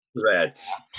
threats